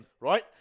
Right